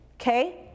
okay